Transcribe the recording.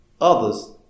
others